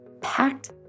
packed